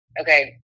okay